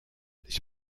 ich